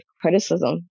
criticism